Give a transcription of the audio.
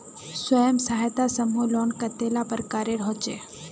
स्वयं सहायता समूह लोन कतेला प्रकारेर होचे?